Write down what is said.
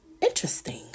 Interesting